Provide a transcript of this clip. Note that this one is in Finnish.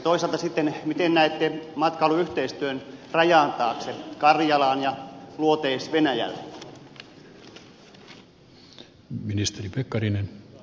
toisaalta sitten miten näette matkailuyhteistyön rajan taakse karjalaan ja luoteis venäjälle